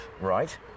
Right